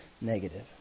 negative